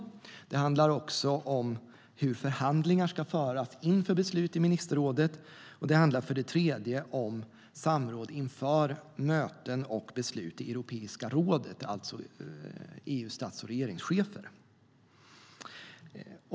Det handlar också om hur förhandlingar ska föras inför beslut i ministerrådet. Det handlar dessutom om samråd inför möten och beslut i Europeiska rådet, alltså EU:s stats och regeringschefer.